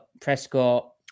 Prescott